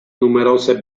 numerose